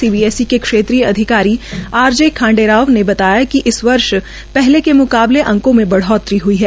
CBSC के क्षेत्रीय अधिकारी आर जे खांडेराव ने बताया कि इस वर्ष पहले के मुकाबले अंको में बढ़ोतरी हई है